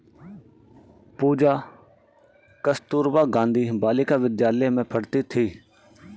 पूजा कस्तूरबा गांधी बालिका विद्यालय में पढ़ती थी